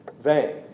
vain